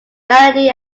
melody